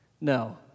No